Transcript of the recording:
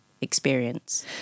experience